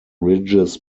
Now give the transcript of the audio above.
ridges